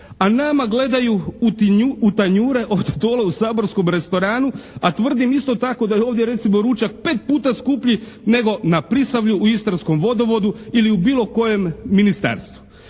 A nama gledaju u tanjure ovdje dole u saborskom restoranu, a tvrdim isto tako da je ovdje recimo ručak 5 puta skuplji nego na Prisavlju, u istarskom Vodovodu ili u bilo kojem ministarstvu.